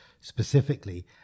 specifically